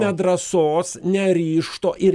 nedrąsos neryžto ir